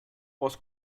was